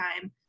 time